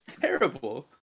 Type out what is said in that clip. Terrible